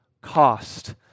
cost